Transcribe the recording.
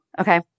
Okay